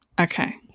Okay